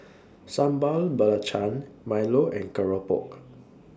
Sambal Belacan Milo and Keropok